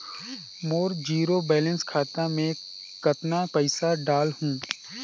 मोर zero balance खाता मे कतना पइसा डाल हूं?